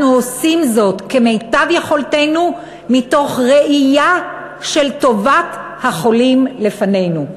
אנחנו עושים זאת כמיטב יכולתנו מתוך ראייה של טובת החולים לפנינו.